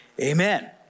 amen